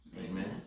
amen